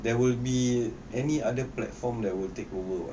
there will be any other platform that will take over [what]